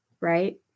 right